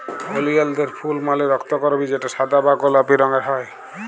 ওলিয়ালদের ফুল মালে রক্তকরবী যেটা সাদা বা গোলাপি রঙের হ্যয়